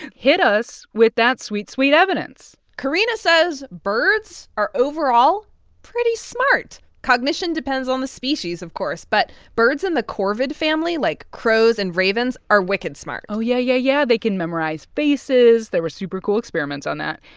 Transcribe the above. hit us with that sweet, sweet evidence corina says birds are overall pretty smart. cognition depends on the species, of course. but birds in the corvid family, like crows and ravens, are wicked smart oh, yeah, yeah, yeah. they can memorize faces. there were super-cool experiments on that.